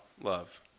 love